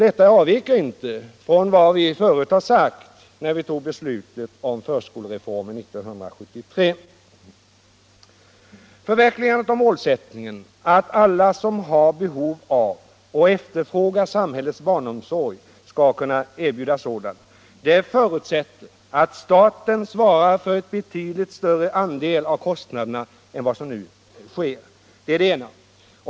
Detta avviker inte från vad vi sade när vi fattade beslutet om förskolereformen 1973. | Förverkligandet av målsättningen att alla som har behov av och efterfrågar samhällets barnomsorg skall kunna erbjudas sådan förutsätter att staten svarar för en betydligt större andel av kostnaderna än vad som nu sker. Det är det ena.